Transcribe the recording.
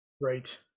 Right